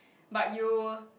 but you